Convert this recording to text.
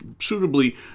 suitably